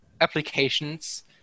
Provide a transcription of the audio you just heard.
applications